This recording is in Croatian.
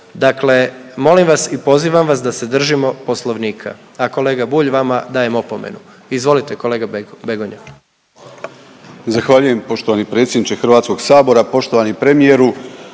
Dakle, molim vas i pozivam vas da se držimo Poslovnika, a kolega Bulj vama dajem opomenu. Izvolite kolega Begonja.